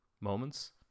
moments